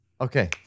Okay